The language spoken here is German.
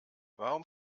warum